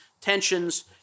tensions